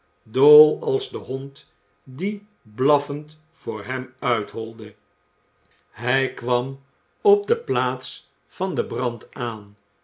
dol als de hond die blaffend voor hem uitholde hij kwam op de plaats van den brand aan